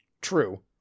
True